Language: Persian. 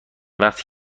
وقتی